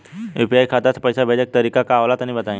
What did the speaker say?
UPI खाता से पइसा भेजे के तरीका का होला तनि बताईं?